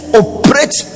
operate